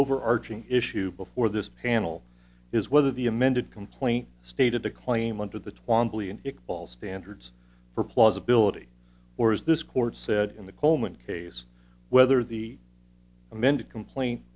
overarching issue before this panel is whether the amended complaint stated to claim under the tuam ball standards for plausibility or is this court said in the coleman case whether the amended complain